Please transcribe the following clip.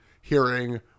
hearing